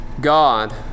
God